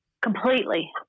Completely